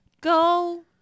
go